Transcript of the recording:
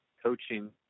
coaching